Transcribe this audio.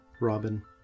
robin